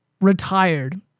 retired